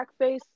blackface